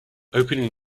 opening